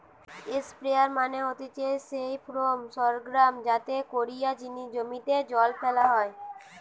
sprayer মানে হতিছে সেই ফার্ম সরঞ্জাম যাতে কোরিয়া জমিতে জল ফেলা হয়